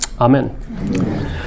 Amen